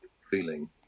feeling